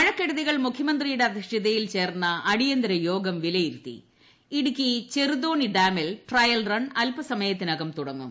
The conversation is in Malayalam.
മഴക്കെടുതികൾ മുഖ്യമന്ത്രിയുടെ അധ്യക്ഷതയിൽ ചേർന്ന അടിയന്തരയോഗം വിലയിരുത്തി ഇടുക്കി ചെറുതോണി ഡാമിൽ ട്രയൽ റൺ തുടങ്ങി